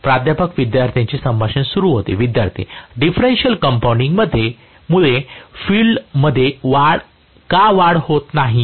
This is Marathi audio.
प्राध्यापक विद्यार्थ्यांचे संभाषण सुरू होते विद्यार्थीः डिफरेन्शिअल कंपाऊंडिंगमुळे फील्ड मध्ये का वाढ होत आहे